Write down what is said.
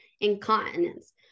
incontinence